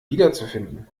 wiederzufinden